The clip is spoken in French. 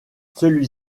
celui